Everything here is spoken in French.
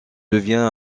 devient